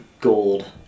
gold